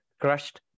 crushed